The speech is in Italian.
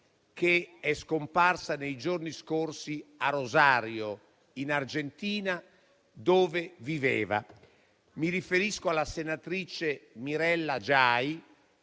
che è scomparsa nei giorni scorsi a Rosario in Argentina, dove viveva. Mi riferisco alla senatrice Mirella Giai,